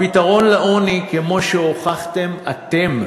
הפתרון לעוני, כמו שהוכחתם אתם,